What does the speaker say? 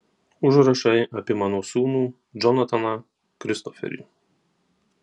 užrašai apie mano sūnų džonataną kristoferį